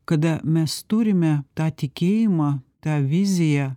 kada mes turime tą tikėjimą tą viziją